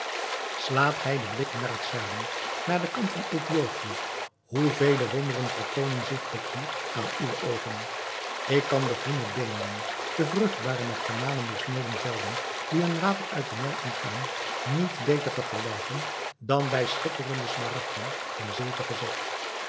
slaat gij den blik naar het zuiden naar den kant van ethiopië hoe vele wonderen vertoonen zich ook hier aan uwe oogen ik kan de groene beemden de vruchtbare met kanalen doorsneden velden die hun water uit den nijl ontvangen niet beter vergelijken dan bij schitterende smaragden in zilver gezet